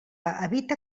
evite